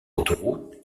autoroutes